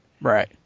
Right